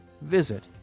visit